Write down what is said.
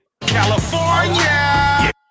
California